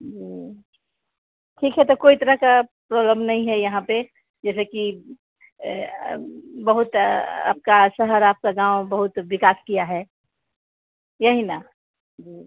जी ठीक है तो कोई तरह का प्रॉब्लम नहीं है यहाँ पर जैसे कि बहुत आपका शहर आपका गाँव बहुत विकास किया है यही ना जी